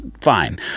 fine